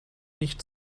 nicht